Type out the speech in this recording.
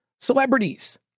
celebrities